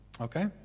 Okay